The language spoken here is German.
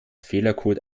fehlercode